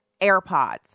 AirPods